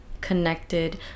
connected